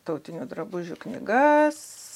tautinių drabužių knygas